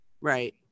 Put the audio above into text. Right